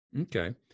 Okay